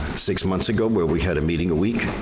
six months ago, where we had a meeting a week.